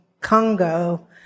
Congo